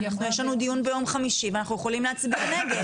יש לנו דיון ביום חמישי ואנחנו יכולים להצביע נגד.